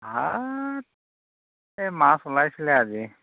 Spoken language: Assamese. ভাত এই মাছ ওলাইছিলে আজি